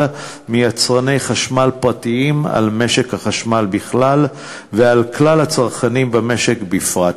מיצרני חשמל פרטיים על משק החשמל בכלל ועל כלל הצרכנים במשק בפרט.